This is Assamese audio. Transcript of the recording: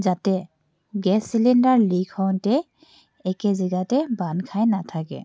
যাতে গেছ চিলিণ্ডাৰ লীক হওঁতে একে জেগাতে বান্ধ খাই নেথাকে